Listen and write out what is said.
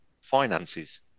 finances